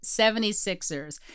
76ers